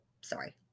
sorry